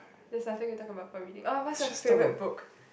that's nothing we talk about for reading oh what is your favourite book